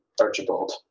Archibald